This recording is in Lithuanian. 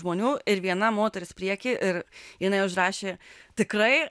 žmonių ir viena moteris prieky ir jinai užrašė tikrai